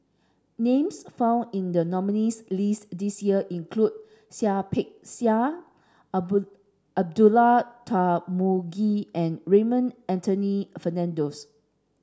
names found in the nominees' list this year include Seah Peck Seah Abdullah Tarmugi and Raymond Anthony Fernando's